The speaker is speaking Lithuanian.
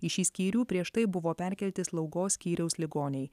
į šį skyrių prieš tai buvo perkelti slaugos skyriaus ligoniai